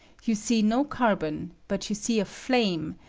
you see no carbon, but you see a flame,